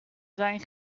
zijn